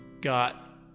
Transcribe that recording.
got